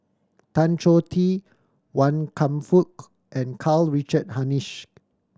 Tan Choh Tee Wan Kam Fook and Karl Richard Hanitsch